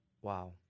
Wow